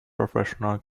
professional